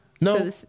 No